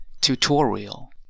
tutorial